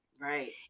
Right